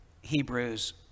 Hebrews